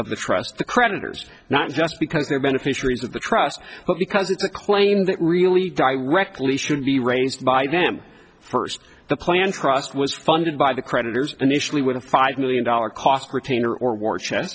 of the trust the creditors not just because they're beneficiaries of the trust but because it's a claim that really directly should be raised by them first the plans crossed was funded by the creditors initially with a five million dollar cost retainer or war chest